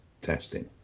testing